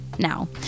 Now